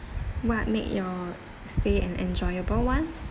what made your stay an enjoyable one